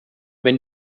wenn